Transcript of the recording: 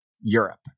Europe